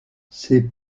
ses